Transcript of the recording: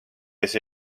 kes